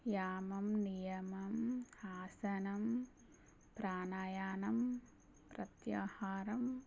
యామం నియమం ఆసనం ప్రాణయానం ప్రత్యాహారం